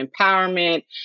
empowerment